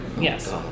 Yes